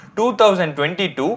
2022